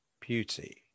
beauty